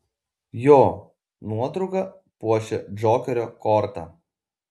jo nuotrauka puošia džokerio kortą